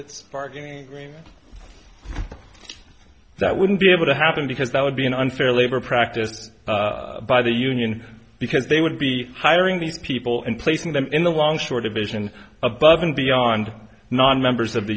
its bargaining agreement that wouldn't be able to happen because that would be an unfair labor practice by the union because they would be hiring these people and placing them in the longshore division above and beyond nonmembers of the